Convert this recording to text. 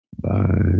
Bye